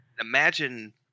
Imagine –